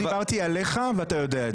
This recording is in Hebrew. לא דיברתי עליך ואתה יודע את זה.